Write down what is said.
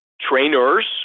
trainers